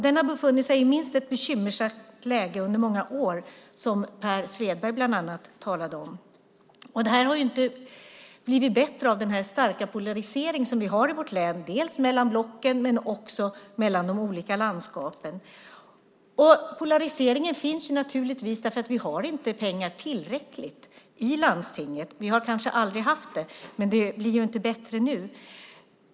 Den har befunnit sig i ett minst sagt bekymmersamt läge under många år, vilket bland annat Per Svedberg talade om. Det har inte blivit bättre av den starka polarisering som vi har i vårt län, dels mellan blocken, dels mellan de olika landskapen. Polariseringen finns naturligtvis därför att vi inte har tillräckligt med pengar i landstinget. Vi har kanske aldrig haft det, men det blir inte bättre nu.